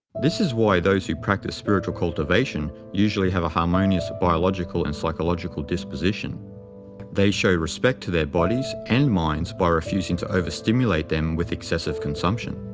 this is why those who practice spiritual cultivation usually have a harmonious biological and psychological disposition they show respect to their bodies and minds by refusing to overstimulate them with excessive consumption.